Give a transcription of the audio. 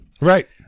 Right